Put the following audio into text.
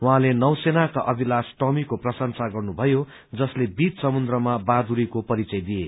उहाँले नौ सेनाको अभिलाष टोमीको प्रशंसा गर्नुभयो जसले बीच समुन्द्रमा बहादुरीको परिचय दिए